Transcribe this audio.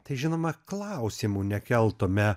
tai žinoma klausimų nekeltume